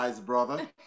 brother